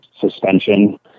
suspension